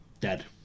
dead